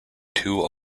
two